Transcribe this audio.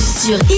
sur